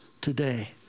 today